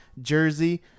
jersey